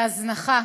בהזנחה